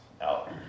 out